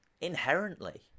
Inherently